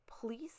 please